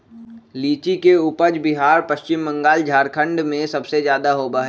लीची के उपज बिहार पश्चिम बंगाल झारखंड में सबसे ज्यादा होबा हई